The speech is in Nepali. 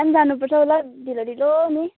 त्यहाँ पनि जानुपर्छ है ल ढिलो ढिलो नै